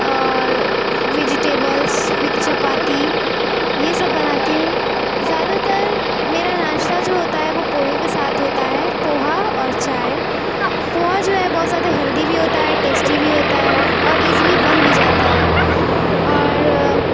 اور وجیٹیبلس وت چپاتی یہ سب بناتی ہوں زیادہ تر میرا ناشتہ جو ہوتا ہے وہ پوہے کے ساتھ ہوتا ہے پوہا اور چائے پوہا جو ہے بہت زیادہ ہیلدی بھی ہوتا ہے ٹیسٹی بھی ہوتا ہے اور ایزلی بن بھی جاتا ہے اور